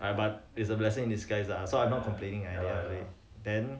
but but is a blessing in disguise lah so I'm not complaining anyway then